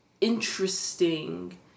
interesting